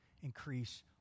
increase